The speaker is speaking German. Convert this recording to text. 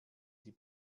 die